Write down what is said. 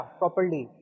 properly